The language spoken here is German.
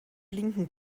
blinken